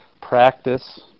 practice